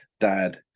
dad